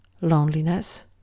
loneliness